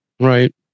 Right